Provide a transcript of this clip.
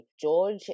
George